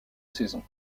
saison